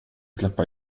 släppa